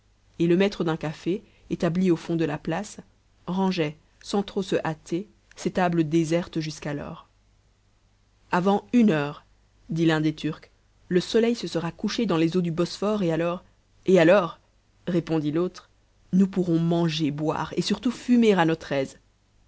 et le maître d'un café établi au fond de la place rangeait sans trop se hâter ses tables désertes jusqu'alors avant une heure dit l'un de ces turcs le soleil se sera couché dans les eaux du bosphore et alors et alors répondit l'autre nous pourrons manger boire et surtout fumer à notre aise